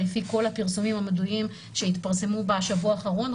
לפי כל הפרסומים המדעיים שהתפרסמו בשבוע האחרון,